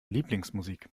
lieblingsmusik